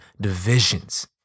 divisions